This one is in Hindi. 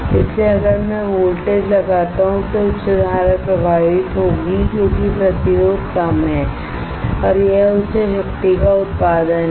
इसलिए अगर मैं वोल्टेजलगाता हूं तो उच्च धारा प्रवाहित होगी क्योंकि प्रतिरोध कम है और यह उच्च शक्ति का उत्पादन है